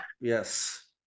Yes